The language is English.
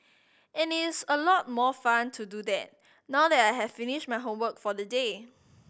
and it is a lot more fun to do that now that I have finished my homework for the day